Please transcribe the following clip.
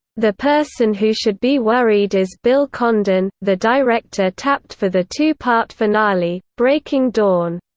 the person who should be worried is bill condon, the director tapped for the two-part finale, breaking dawn.